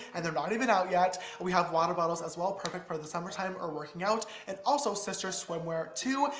and they're not even out yet. we have water bottles as well, perfect for the summertime or working out. and also sisters swimwear too,